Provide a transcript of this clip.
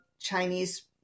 Chinese